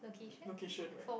location right